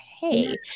hey